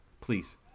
please